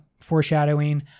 foreshadowing